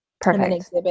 Perfect